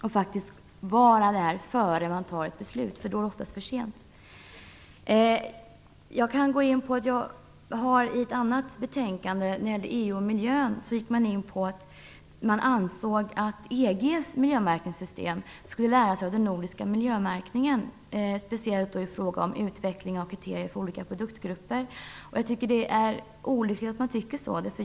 Vi måste vara där innan beslut tas, för sedan är det oftast för sent. När det gäller EU och miljön, skrev man i ett annat betänkande att man i EG:s miljömärkningssystem skulle lära sig av den nordiska miljömärkningen, speciellt då i fråga om utveckling av kriterier för olika produktgrupper. Det är olyckligt att man tycker så.